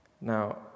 Now